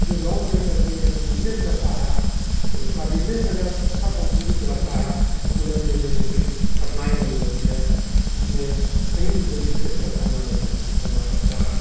जो लोन लेकर के अगर बिजनेस करता है तो उसका बिजनेस अगर अच्छा प्रफुल्लित रहता है उसको लोन देने में कोई कठिनाई नहीं होती है इसमें कहीं भी कोई दिक्कत का सामान नहीं कर करना पड़ता है